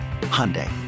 Hyundai